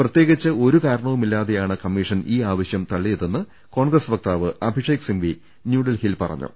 പ്രത്യേകിച്ച് ഒരു കാരണവുമില്ലാതെയാണ് കമ്മീഷൻ ഈ ആവശ്യം തള്ളിയതെന്ന് കോൺഗ്രസ് വക്താവ് അഭിഷേക് സിംഗ്പി ന്യൂഡൽഹിയിൽ പറഞ്ഞു